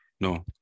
No